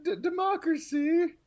democracy